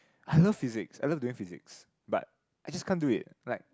I love physics I love doing physics but I just can't do it like